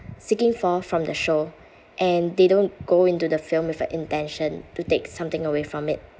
seeking for from the show and they don't go into the film with a intention to take something away from it